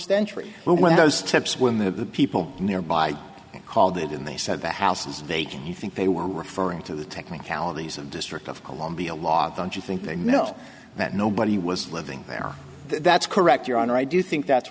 temps when the people nearby called it in they said the houses vacant you think they were referring to the technicalities of district of columbia log don't you think they know that nobody was living there that's correct your honor i do think that's